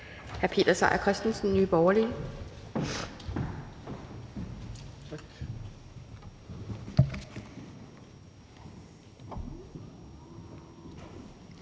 Hr. Peter Seier Christensen, Nye Borgerlige.